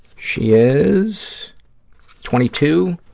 she is twenty two,